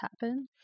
happen